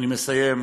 אני מסיים.